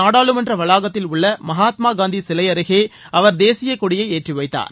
நாடாளுமன்ற வளாகத்தில் உள்ள மகாத்மா காந்தி சிலை அருகே அவர் தேசியக் கொடியை ஏற்றி கவத்தார்